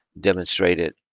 demonstrated